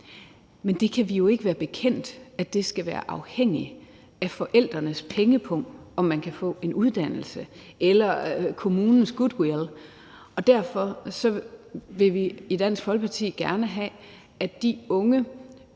men vi kan jo ikke være bekendt, at det skal være afhængig af forældrenes pengepung eller kommunens goodwill, om man kan få en uddannelse, og derfor vil vi i Dansk Folkeparti gerne have, at de unge